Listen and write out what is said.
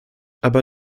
aber